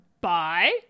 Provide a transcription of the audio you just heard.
Bye